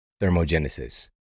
thermogenesis